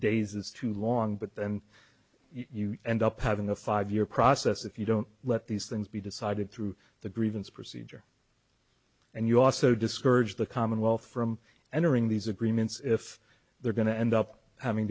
days is too long but then you end up having a five year process if you don't let these things be decided through the grievance procedure and you also discourage the commonwealth from entering these agreements if they're going to end up having